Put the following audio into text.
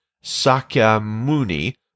Sakyamuni